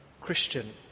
Christian